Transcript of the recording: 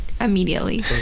immediately